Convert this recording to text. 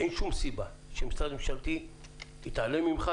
אין שום סיבה שמשרד ממשלתי יתעלם ממך,